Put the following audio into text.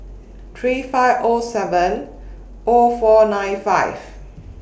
three five O seven O four nine five